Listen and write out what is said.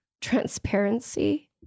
transparency